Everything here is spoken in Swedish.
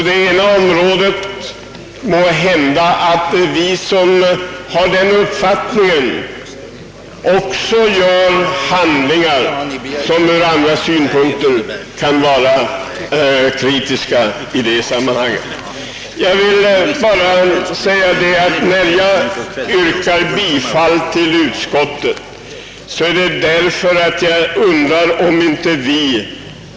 De som har den uppfattningen att så skulle kunna ske, kanske på andra områden, utför handlingar som kan bli föremål för kritik. Jag kommer i detta ärende att yrka bifall till utskottets hemställan.